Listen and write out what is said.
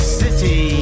city